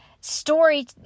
story